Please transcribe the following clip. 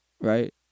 right